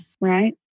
Right